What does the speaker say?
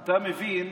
אתה מבין